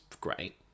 great